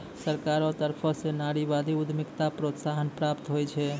सरकारो तरफो स नारीवादी उद्यमिताक प्रोत्साहन प्राप्त होय छै